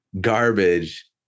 garbage